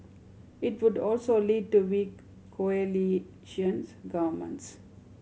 it would also lead to weak coalition's governments